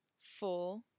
Four